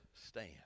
stand